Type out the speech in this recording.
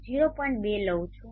2 લઈ રહ્યો છું